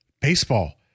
baseball